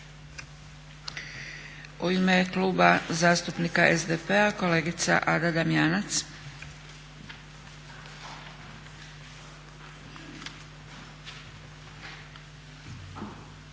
U ime Kluba zastupnika SDP-a kolegica Ada Damjanac.